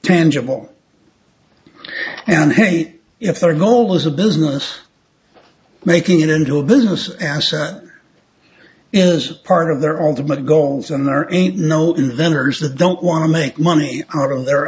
tangible and if their goal is a business making it into a business asset is part of their own to my goals and there ain't no inventors the don't want to make money out of their